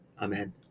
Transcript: Amen